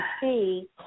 see